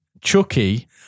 Chucky